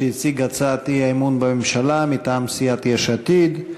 שהציג את הצעת האי-אמון בממשלה מטעם סיעת יש עתיד.